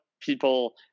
people